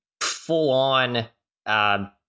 full-on